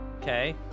Okay